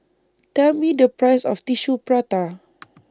Tell Me The Price of Tissue Prata